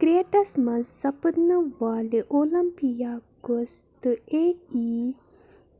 کرٛیٹس منٛز سپدٕنہٕ والہِ اولمپِیاکس تہٕ اے ایی